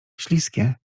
śliskie